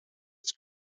its